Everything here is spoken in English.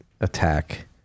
attack